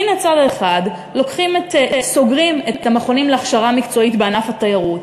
מן הצד האחד סוגרים את המכונים להכשרה מקצועית בענף התיירות,